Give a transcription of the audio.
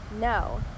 No